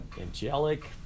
angelic